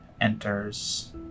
enters